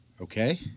Okay